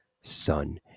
son